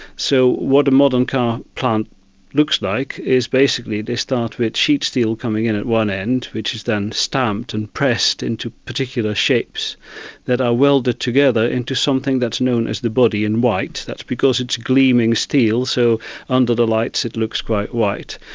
so what a modern car plant looks like is basically they start with sheet steel coming in at one end, which is then stamped and pressed into particular shapes that are welded together into something that is known as the body in white, that's because its gleaming steel, so under the lights it looks quite white.